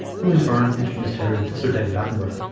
who in turn introduced terry to sir david attenborough.